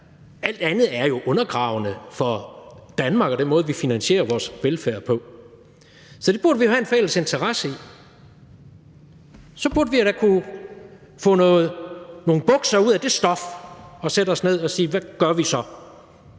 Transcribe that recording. alt andet er jo undergravende for Danmark og den måde, vi finansierer vores velfærd på. Så det burde vi jo have en fælles interesse i. Så burde vi da kunne få nogle bukser ud af det stof og sætte os ned og sige: Hvad gør vi så?